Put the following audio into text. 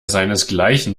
seinesgleichen